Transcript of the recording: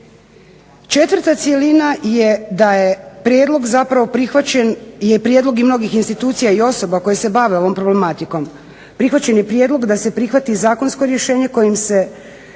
Četvrta cjelina je da je prijedlog zapravo prihvaćen, je prijedlog i mnogih institucija i osoba koje se bave ovom problematikom, prihvaćen je prijedlog da se prihvati zakonsko rješenje kojim se